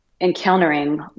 encountering